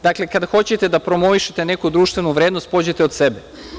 Dakle, kad hoćete da promovišete neku društvenu vrednost pođite od sebe.